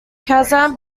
kazan